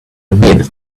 minute